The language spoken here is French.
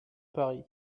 pari